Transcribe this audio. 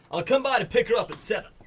i'll come by to pick her up at seven.